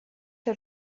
lle